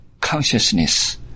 consciousness